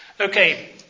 Okay